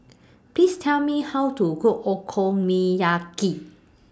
Please Tell Me How to Cook Okonomiyaki